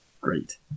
Great